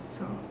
so